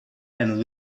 and